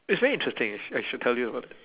it's very interesting I should tell you about